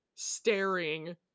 staring